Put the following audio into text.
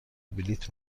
بلیط